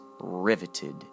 riveted